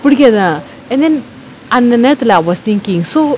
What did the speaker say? புடிக்காதுதா:pudikaathuthaa and then அந்த நேரத்துல:antha nerathula I was thinking so